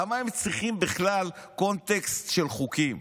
למה הם צריכים בכלל קונטקסט של חוקים?